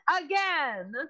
Again